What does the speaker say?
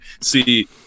see